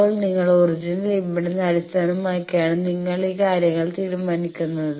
ഇപ്പോൾ നിങ്ങളുടെ original impedance അടിസ്ഥാനമാക്കിയാണ് നിങ്ങൾ ഈ കാര്യങ്ങൾ തീരുമാനിക്കുന്നത്